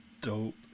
dope